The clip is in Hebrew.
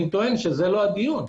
זה לא הדיון.